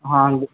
हँ